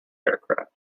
aircraft